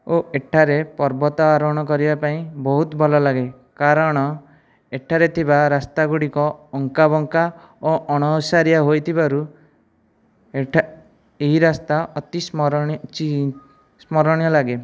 ଓ ଏଠାରେ ପର୍ବତ ଆରୋହଣ କରିବା ପାଇଁ ବହୁତ ଭଲ ଲାଗେ କାରଣ ଏଠାରେ ଥିବା ରାସ୍ତା ଗୁଡ଼ିକ ଅଙ୍କାବଙ୍କା ଓ ଅଣଓସାରିଆ ହୋଇଥିବାରୁ ଏଠା ଏହି ରାସ୍ତା ଅତି ସ୍ମରଣୀୟ ସ୍ମରଣୀୟ ଲାଗେ